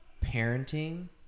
parenting